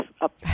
up